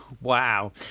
wow